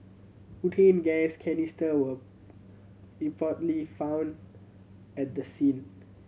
butane gas canister were reportedly found at the scene